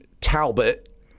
Talbot